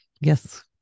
Yes